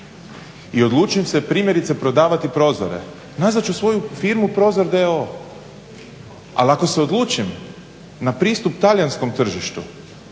i odlučim se primjerice prodavati prozore, nazvat ću svoju firmu Prozor d.o.o., ali ako se odlučim na pristup talijanskom tržištu